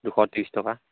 দুশ ত্ৰিছ টকা